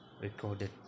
recorded